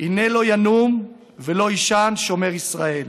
הנה לא ינום ולא יישן שומר ישראל.